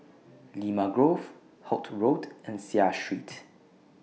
Limau Grove Holt Road and Seah Street